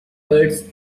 words